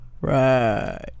Right